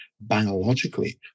biologically